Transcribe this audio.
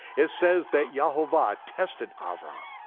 it says that yehovah tested abram.